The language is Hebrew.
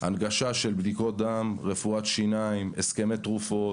הנגשה של בדיקות דם, רפואת שיניים, הסכמי תרופות,